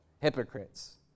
hypocrites